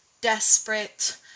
desperate